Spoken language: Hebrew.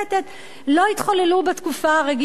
"לא יתחוללו בתקופה הרגישה הזאת".